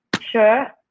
Sure